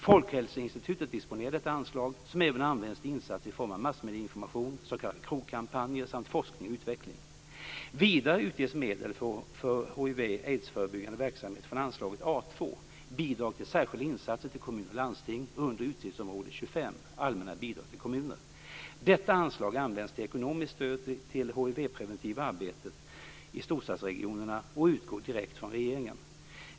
Folkhälsoinstitutet disponerar detta anslag, som även används till insatser i form av massmedieinformation, s.k. krogkampanjer samt forskning och utveckling. För det andra utges medel för hiv/aidsförebyggande verksamhet från anslaget A 2 Bidrag till särskilda insatser till kommuner och landsting under utgiftsområde 25 Allmänna bidrag till kommuner. Detta anslag används till ekonomiskt stöd till det hivpreventiva arbetet i storstadsregionerna och utgår direkt från regeringen.